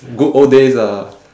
good old days ah